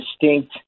distinct